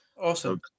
Awesome